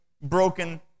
broken